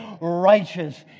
righteous